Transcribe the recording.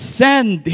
send